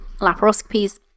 laparoscopies